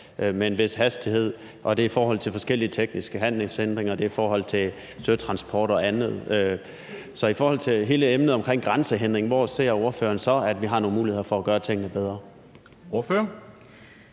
med en vis hastighed, og i forhold til forskellige tekniske handelshindringer, og det er i forhold til søtransport og andet. Så i forhold til hele emnet omkring grænsehindringer hvor ser ordføreren så at vi har nogle muligheder for at gøre tingene bedre? Kl.